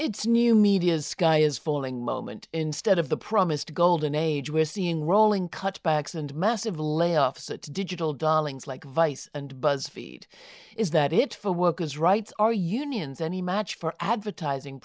it's new media sky is falling moment instead of the promised golden age we're seeing rolling cutbacks and massive layoffs at digital dollars like vice and buzz feed is that it for workers rights or unions any match for advertising